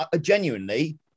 genuinely